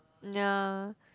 ya